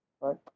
Right